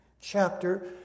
chapter